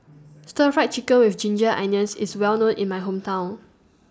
Stir Fried Chicken with Ginger Onions IS Well known in My Hometown